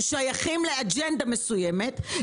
ששייכים לאג'נדה מסוימת,